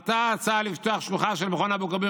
עלתה הצעה לפתוח שלוחה של מכון אבו כביר